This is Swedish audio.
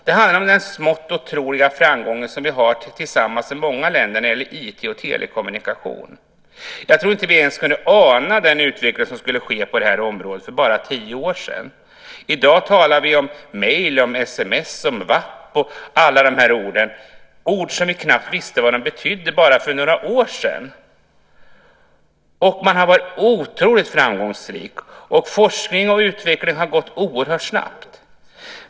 Det är den smått otroliga framgång vi tillsammans med många länder har i fråga om IT och telekommunikation. Jag tror inte att vi för tio år sedan ens kunde ana vilken utveckling som skulle ske på det här området. I dag talar vi om mejl, SMS, wap och annat, och vi visste knappt vad de orden betydde för bara några år sedan. Man har varit otroligt framgångsrik, och forskning och utveckling har gått oerhört snabbt.